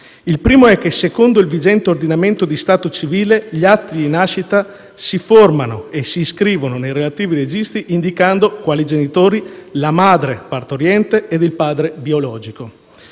Il primo è che secondo il vigente ordinamento di stato civile gli atti di nascita si formano e si iscrivono nei relativi registri indicando, quali genitori, la madre partoriente ed il padre biologico.